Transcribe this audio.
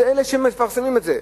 והם אלה שמפרסמים את זה.